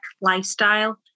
lifestyle